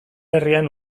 herrian